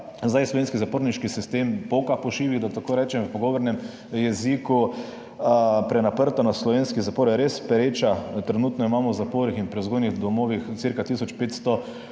Zdaj slovenski zaporniški sistem poka po šivih, da tako rečem v pogovornem jeziku, prenatrpanost slovenskih zaporov je res pereča. Trenutno imamo v zaporih in prevzgojnih domovih cirka